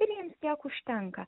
ir jiems tiek užtenka